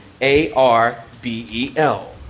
A-R-B-E-L